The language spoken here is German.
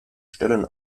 stellen